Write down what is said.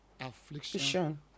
affliction